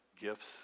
gifts